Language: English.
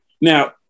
Now